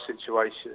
situation